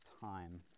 time